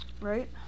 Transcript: right